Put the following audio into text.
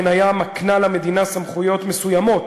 המניה מקנה למדינה סמכויות מסוימות